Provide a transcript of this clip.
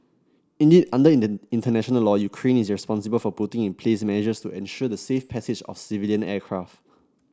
indeed under international law Ukraine is responsible for putting in place measures to ensure the safe passage of civilian aircraft